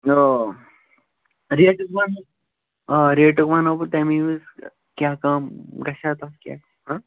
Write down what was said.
آ ریٹ آ ریٹُک وَنو بہٕ تَمی وِزِ کیٛاہ کم گژھیٛا تَتھ کیٛاہ ہہ